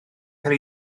cael